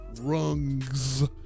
rungs